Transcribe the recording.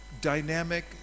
dynamic